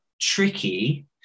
tricky